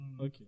okay